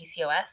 PCOS